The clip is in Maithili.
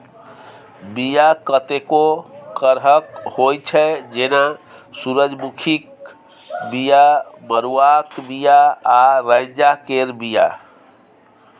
बीया कतेको करहक होइ छै जेना सुरजमुखीक बीया, मरुआक बीया आ रैंचा केर बीया